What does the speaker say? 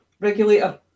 regulator